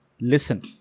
listen